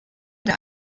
der